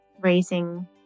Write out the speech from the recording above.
raising